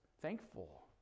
thankful